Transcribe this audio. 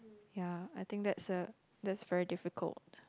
ya I think that's uh that's very difficult